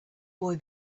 boy